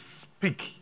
speak